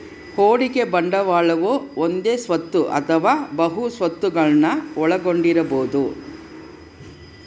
ಹೂಡಿಕೆ ಬಂಡವಾಳವು ಒಂದೇ ಸ್ವತ್ತು ಅಥವಾ ಬಹು ಸ್ವತ್ತುಗುಳ್ನ ಒಳಗೊಂಡಿರಬೊದು